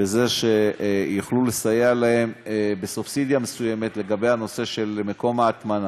בזה שיוכלו לסייע להן בסובסידיה מסוימת לגבי הנושא של מקום ההטמנה.